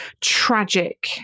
tragic